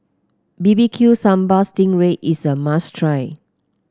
B B Q Sambal Sting Ray is a must try